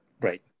Right